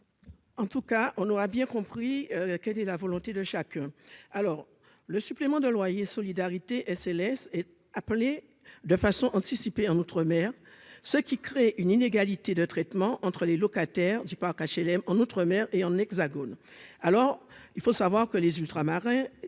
En tout cas, on aura bien compris quelle est la volonté de chacun, alors le supplément de loyer solidarité SLS et appelé de façon anticipée en outre-mer, ce qui crée une inégalité de traitement entre les locataires du parc HLM en outre-mer et en Hexagone, alors il faut savoir que les ultramarins